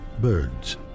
birds